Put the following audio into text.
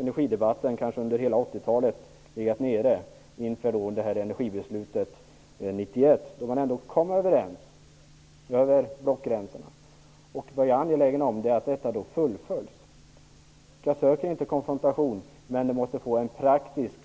Energidebatten har sedan under hela 1980-talet legat nere inför energibeslutet 1991, då vi ändå kom överens över blockgränserna. Vad jag är angelägen om är att detta fullföljs. Jag söker inte konfrontation utan en praktisk